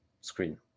screen